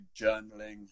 journaling